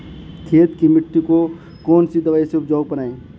खेत की मिटी को कौन सी दवाई से उपजाऊ बनायें?